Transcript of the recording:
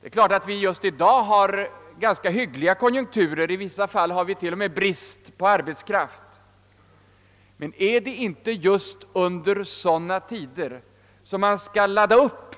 Det är klart att vi just i dag har ganska hyggliga konjunkturer, i vissa fall har vi till och med brist på arbetskraft. Är det inte just under sådana tider vi skall ladda upp